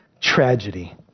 tragedy